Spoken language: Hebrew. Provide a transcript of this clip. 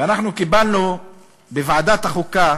אנחנו קיבלנו בוועדת החוקה